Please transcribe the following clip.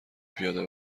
پیاده